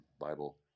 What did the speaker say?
Bible